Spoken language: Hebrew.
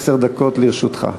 עשר דקות לרשותך.